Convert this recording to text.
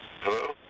Hello